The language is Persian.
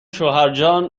شوهرجان